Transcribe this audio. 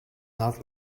not